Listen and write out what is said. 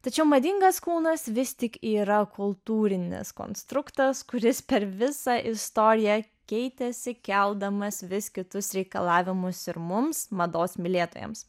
tačiau madingas kūnas vis tik yra kultūrinis konstruktas kuris per visą istoriją keitėsi keldamas vis kitus reikalavimus ir mums mados mylėtojams